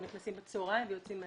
או נכנסים בצוהריים ויוצאים.